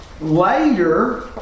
later